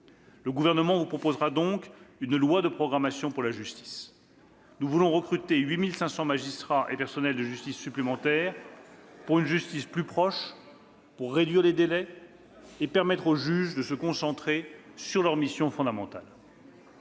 Le Gouvernement vous proposera donc une loi de programmation pour la justice. Nous voulons notamment recruter 8 500 magistrats et personnels de justice supplémentaires, pour une justice plus proche, pour réduire les délais et permettre aux juges de se concentrer sur leurs missions fondamentales.